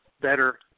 better